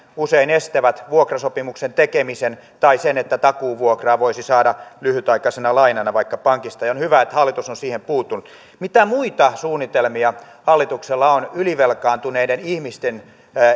usein estävät vuokrasopimuksen tekemisen tai sen että takuuvuokraa voisi saada lyhytaikaisena lainana vaikka pankista on hyvä että hallitus on siihen puuttunut mitä muita suunnitelmia hallituksella on ylivelkaantuneiden ihmisten